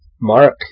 Mark